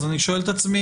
אז אני שואל את עצמי,